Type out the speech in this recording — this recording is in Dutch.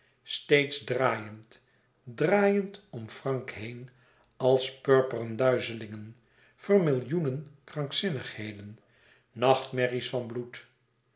steeds draaiend draaiend om frank heen als purperen duizelingen vermillioenen krankzinnigheden nachtmerries van bloed